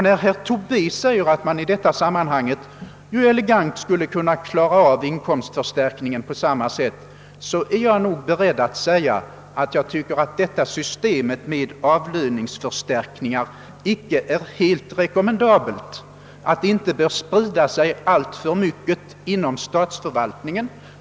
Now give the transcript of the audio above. Till herr Tobé, som säger att man elegant skulle kunna klara av detta spörsmål genom en motsvarande inkomstförstärkning, vill jag framhålla att jag inte tycker att systemet med avlöningsförstärkningar är helt rekommendabelt. Det bör inte spridas alltför mycket inom statsförvaltningen.